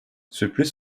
sürpriz